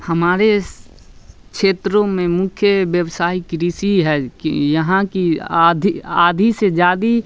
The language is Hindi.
हमारे क्षेत्रों में मुख्य व्यवसाय कृषि है कि यहाँ की आधी आधी से ज़्यादा